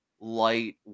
light